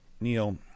Neil